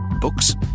Books